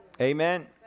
Amen